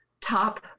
top